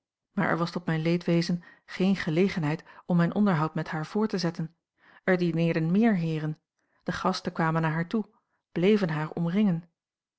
maar er was tot mijn leedwezen geen gelegenheid om mijn onderhoud met haar voort te zetten er dineerden meer heeren de gasten kwamen naar haar toe bleven haar omringen